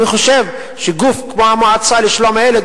אני חושב שגוף כמו המועצה לשלום הילד